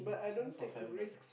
something for a family member